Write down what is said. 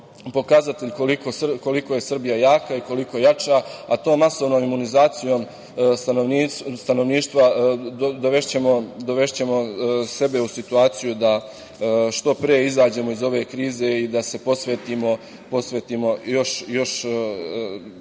pokazatelj koliko je Srbija jaka i koliko jača, a masovnom imunizacijom stanovništva dovešćemo sebe u situaciju da što pre izađemo iz ove krize i da se posvetimo još jačanju